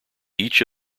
each